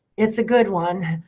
it's a good one.